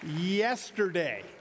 Yesterday